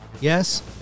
Yes